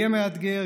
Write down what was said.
יהיה מאתגר.